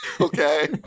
Okay